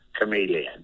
chameleon